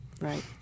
right